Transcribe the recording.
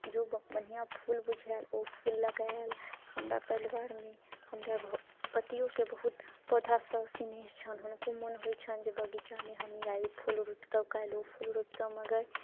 जो ब बढ़िआँ फूल बुझायल ओ फूल लगाय आयल हमरा परिवारमे हमरा घर पतियोके बहुत पौधासँ सिनेह छनि हुनको मन होइत छनि जे बगीचा हम आइ ई फूल रोपितहुँ काल्हि ओ फूल रोपितहुँ मगर